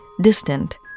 distant